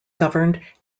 governed